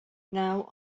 now